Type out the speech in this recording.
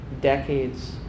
decades